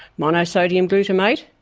monosodium glutamate,